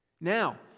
Now